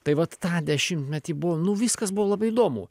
tai vat tą dešimtmetį buvo nu viskas buvo labai įdomu